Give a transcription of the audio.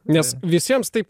nes visiems taip